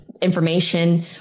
information